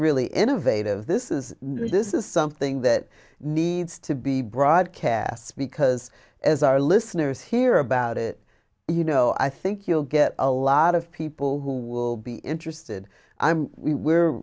really innovative this is this is something that needs to be broadcast because as our listeners hear about it you know i think you'll get a lot of people who will be interested i'm we